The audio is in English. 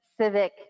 civic